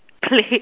play